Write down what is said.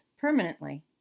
permanently